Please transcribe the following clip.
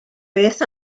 beth